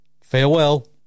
Farewell